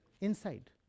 inside